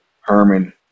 herman